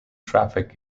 traffic